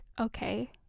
okay